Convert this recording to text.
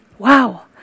Wow